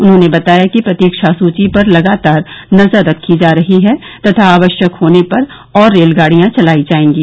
उन्होंने बताया कि प्रतीक्षा सूची पर लगातार नजर रखी जा रही है तथा आवश्यक होने पर और रेलगाड़ियां चलाई जाएंगी